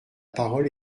parole